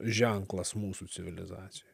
ženklas mūsų civilizacijoj